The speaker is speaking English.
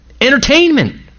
entertainment